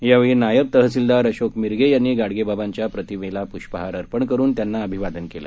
यावेळी नायब तहसीलदार अशोक मिरगे यांनी गाडगेबाबांच्या प्रतिमेला पुष्पहार अर्पण करून त्यांना अभिवादन केलं